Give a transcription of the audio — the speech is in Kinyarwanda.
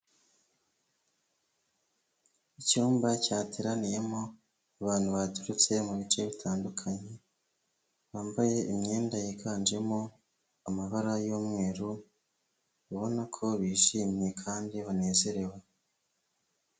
Icyumba cyateraniyemo abantu baturutse mu bice bitandukanye, bambaye imyenda yiganjemo amabara y'umweru ubabona ko bishimye kandi banezerewe.